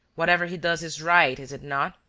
whatever he does is right, is it not?